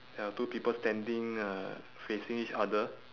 ya two people standing uh facing each other